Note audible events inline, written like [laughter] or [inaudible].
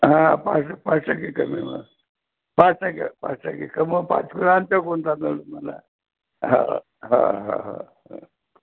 हा पाचशे पाच टक्के कमी मग पाच टक्के पाच टक्के कमी पाच [unintelligible] तुम्हाला हं हां हं हं